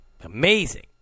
Amazing